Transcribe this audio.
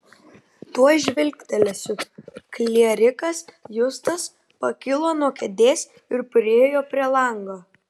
tuoj žvilgtelsiu klierikas justas pakilo nuo kėdės ir priėjo prie lango